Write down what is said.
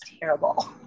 terrible